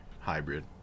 hybrid